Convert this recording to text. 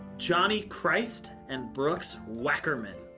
johnny christ, and brooks wackerman.